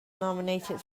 nominated